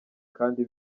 kandi